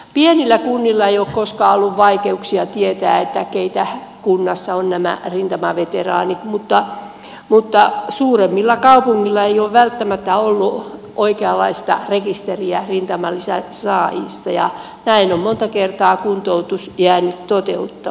pienillä kunnilla ei ole koskaan ollut vaikeuksia tietää ketkä kunnassa ovat näitä rintamaveteraaneja mutta suuremmilla kaupungeilla ei ole välttämättä ollut oikeanlaista rekisteriä rintamalisän saajista ja näin on monta kertaa kuntoutus jäänyt toteuttamatta